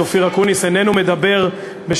אופיר אקוניס מסיעת הליכוד, ישראל ביתנו.